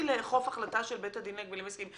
לאכוף החלטה של בית הדין להגבלים עסקיים.